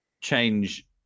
change